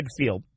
midfield